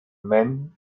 men